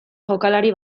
jokalari